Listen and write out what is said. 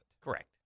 Correct